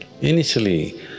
Initially